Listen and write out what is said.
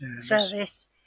Service